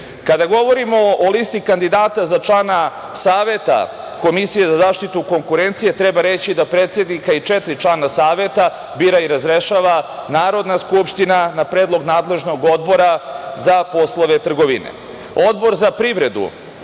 govorimo o listi kandidata za člana Saveta Komisije za zaštitu konkurencije treba reći da predsednika i četiri člana saveta bira i razrešava Narodna skupština na predlog nadležnog Odbora za poslove trgovine. Odbor za privredu,